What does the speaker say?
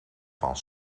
van